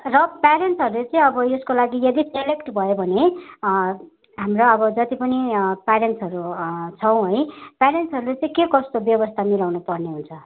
र प्यारेन्ट्सहरूले चाहिँ अब यसको लागि यदि सेलेक्ट भयो भने हाम्रो अब जति पनि प्यारेन्ट्सहरू छौँ है प्यारेन्ट्सहरूले चाहिँ के कस्तो व्यवस्था मिलाउनुपर्ने हुन्छ